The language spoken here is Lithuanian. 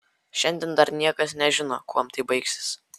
šiandien dar niekas nežino kuom tai baigsis